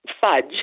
Fudge